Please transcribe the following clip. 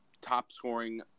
top-scoring